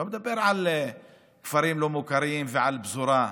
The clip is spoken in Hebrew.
אני לא מדבר על כפרים לא מוכרים ועל פזורה,